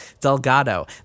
delgado